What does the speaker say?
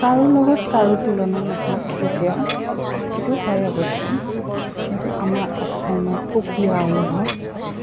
কাৰো লগত কাৰো তুলনা নহয় কেতিয়াও সেইটো হয় অৱশ্যে কিন্তু আমাৰ অসমে এক সুকীয়া অনুভৱ